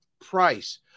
price